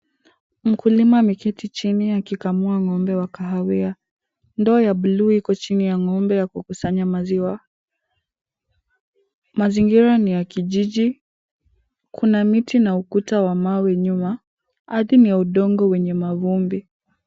Mkulima ameketi chini akikamua ng'ombe wa kahawia. Ndoo ya bluu iko chini ya ng'ombe ya kukusanya maziwa, mazingira ni ya kijiji, kuna miti na ukuta wa mawe nyuma, ardhi ni ya udongo wenye mavumbi.